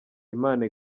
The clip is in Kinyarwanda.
imana